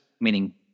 meaning